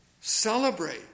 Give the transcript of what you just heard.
celebrate